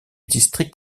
district